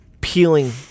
peeling